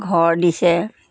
ঘৰ দিছে